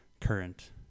current